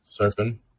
Surfing